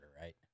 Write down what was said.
right